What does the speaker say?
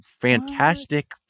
fantastic